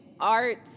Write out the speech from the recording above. Art